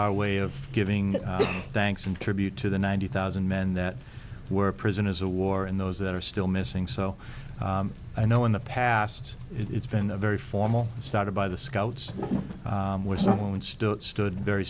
our way of giving thanks in tribute to the ninety thousand men that were prisoners of war and those that are still missing so i know in the past it's been a very formal started by the scouts where someone stood stood very